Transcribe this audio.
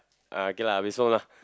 uh okay lah